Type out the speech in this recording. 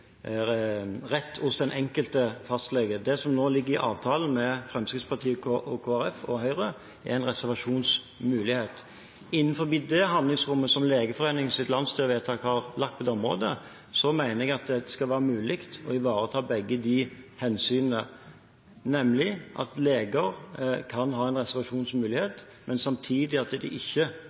reservasjonsmulighet. Innenfor det handlingsrommet som Legeforeningens landsstyrevedtak har lagt på dette området, mener jeg at det skal være mulig å ivareta begge disse hensynene, nemlig at leger kan ha en reservasjonsmulighet, men samtidig at det ikke